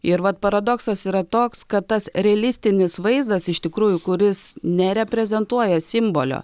ir vat paradoksas yra toks kad tas realistinis vaizdas iš tikrųjų kuris nereprezentuoja simbolio